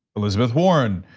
elizabeth warren.